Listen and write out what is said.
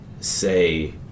say